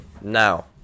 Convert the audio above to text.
now